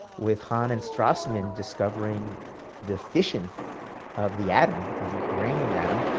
with hahn and strassman discovering the fission of the atom, of the uranium atom.